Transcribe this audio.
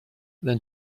than